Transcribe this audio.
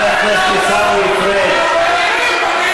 חבר הכנסת עיסאווי פריג',